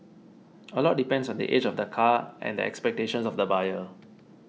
a lot depends on the age of the car and the expectations of the buyer